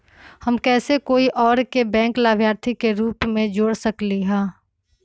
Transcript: हम कैसे कोई और के बैंक लाभार्थी के रूप में जोर सकली ह?